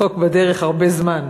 החוק בדרך הרבה זמן,